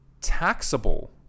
taxable